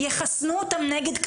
יחסנו אותם נגד כלבת,